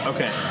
Okay